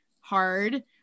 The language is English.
hard